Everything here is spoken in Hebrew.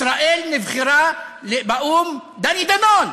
ישראל נבחרה באו"ם, דני דנון,